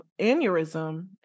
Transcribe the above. aneurysm